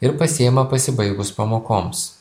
ir pasiima pasibaigus pamokoms